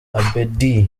abeddy